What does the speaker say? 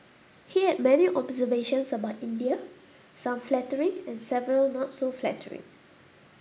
he had many observations about India some flattering and several not so flattering